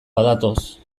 badatoz